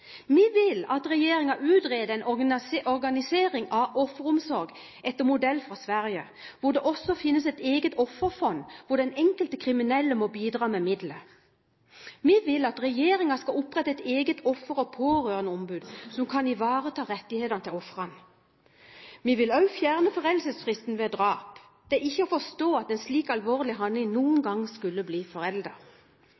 Vi vil at regjeringen utreder en organisering av offeromsorg etter modell fra Sverige, hvor det også finnes et eget offerfond hvor den enkelte kriminelle må bidra med midler. Vi vil at regjeringen skal opprette et eget offer- og pårørendeombud som kan ivareta rettighetene til ofrene. Vi vil også fjerne foreldelsesfristen ved drap. Det er ikke å forstå at en slik alvorlig handling noen